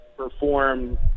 Perform